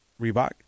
Reebok